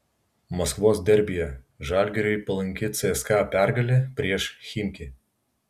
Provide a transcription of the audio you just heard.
maskvos derbyje žalgiriui palanki cska pergalė prieš chimki